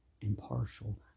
impartial